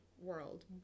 world